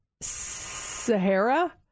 Sahara